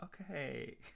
okay